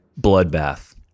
Bloodbath